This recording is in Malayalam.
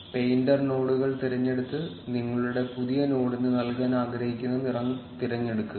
പെയിന്റർ നോഡുകൾ തിരഞ്ഞെടുത്ത് നിങ്ങളുടെ പുതിയ നോഡിന് നൽകാൻ ആഗ്രഹിക്കുന്ന നിറം തിരഞ്ഞെടുക്കുക